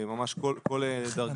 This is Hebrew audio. ממש כל דרגה.